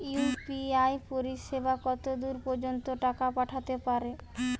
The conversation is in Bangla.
ইউ.পি.আই পরিসেবা কতদূর পর্জন্ত টাকা পাঠাতে পারি?